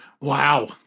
Wow